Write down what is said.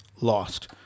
lost